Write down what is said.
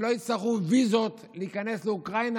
שלא יצטרכו ויזות להיכנס לאוקראינה,